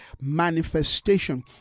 manifestation